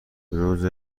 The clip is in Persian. روز